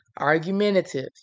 argumentative